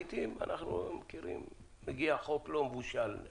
לעיתים מגיע חוק לא מבושל,